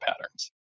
patterns